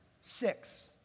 six